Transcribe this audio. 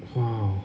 !wow!